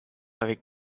avec